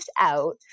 out